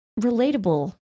relatable